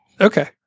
okay